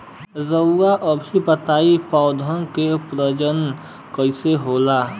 रउआ सभ बताई पौधन क प्रजनन कईसे होला?